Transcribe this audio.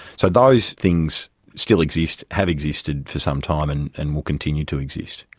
so those things still exist, have existed for some time and and will continue to exist.